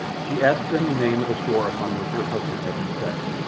she asked him the name of the shore upon which her husband had been set.